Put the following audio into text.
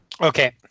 Okay